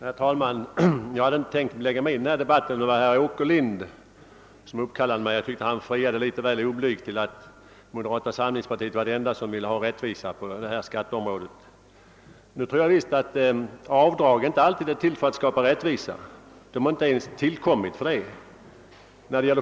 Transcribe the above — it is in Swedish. Herr talman! Jag hade inte tänkt läg ga mig i denna debatt, men herr Åkerlind uppkallade mig. Jag tyckte att han friade litet väl oblygt till opinionen, när han sade att moderata samlingspartiet var det enda parti som ville ha rättvisa på denna del av skatteområdet. Avdrag är faktiskt inte alltid ämnade att skapa rättvisa — de har inte ens tillkommit för det.